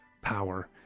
power